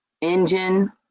engine